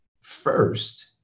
first